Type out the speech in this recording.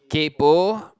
kaypoh